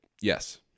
Yes